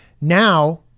Now